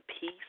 peace